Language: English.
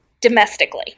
domestically